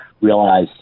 realize